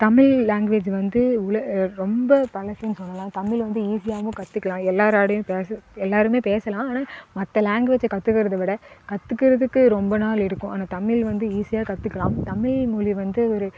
Tamil language வந்து உலகு ரொம்ப பழசுன்னு தமிழ் வந்து ஈஸியாகவும் கற்றுக்குலாம் எல்லாேராடையும் பேசு எல்லாேருமே பேசலாம் ஆனால் மற்ற லேங்குவேஜ்ஜை கற்றுக்கிறத விட கற்றுக்கிறதுக்கு ரொம்ப நாள் இருக்கும் ஆனால் தமிழ் வந்து ஈஸியாக கற்றுக்குலாம் தமிழ் மொழி வந்து ஒரு